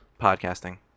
podcasting